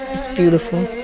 it's beautiful.